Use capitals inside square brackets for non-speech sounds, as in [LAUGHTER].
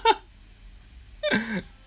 [LAUGHS]